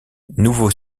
nouveau